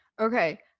Okay